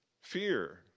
Fear